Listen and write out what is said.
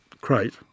crate